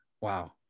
Wow